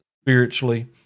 spiritually